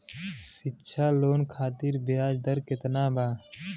शिक्षा लोन खातिर ब्याज दर केतना बा?